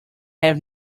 have